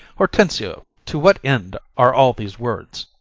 hortensio, to what end are all these words?